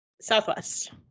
Southwest